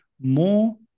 More